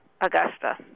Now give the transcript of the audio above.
Augusta